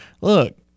Look